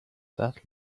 that